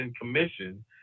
commission